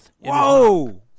Whoa